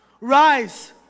rise